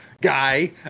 guy